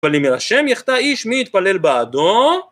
ואם אל השם יחטא איש מי יתפלל בעדו